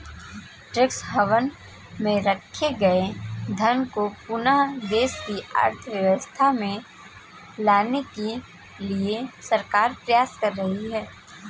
tax haven में रखे गए धन को पुनः देश की अर्थव्यवस्था में लाने के लिए सरकार प्रयास कर रही है